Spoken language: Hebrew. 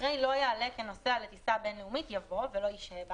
אחרי "לא יעלה כנוסע לטיסה בין-לאומית" יבוא "ולא ישהה בה"